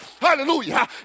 Hallelujah